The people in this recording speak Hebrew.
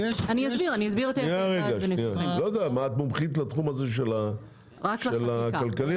את מומחית לתחום הכלכלי זה?